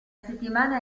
settimana